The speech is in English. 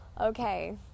Okay